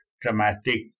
dramatic